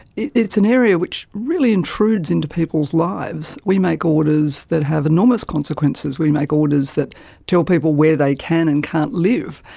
it's an area which really intrudes into people's lives. we make orders that have enormous consequences. we make orders that tell people where they can and can't live,